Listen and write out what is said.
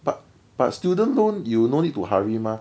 but but student loan you no need to hurry mah